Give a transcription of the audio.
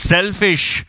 Selfish